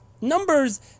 Numbers